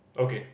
okay